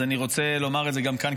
אז אני רוצה לומר את זה גם כאן,